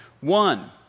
One